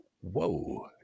whoa